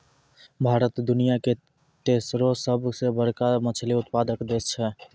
भारत दुनिया के तेसरो सभ से बड़का मछली उत्पादक देश छै